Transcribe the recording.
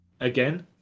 again